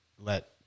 let